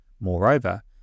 Moreover